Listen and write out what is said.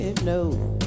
No